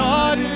God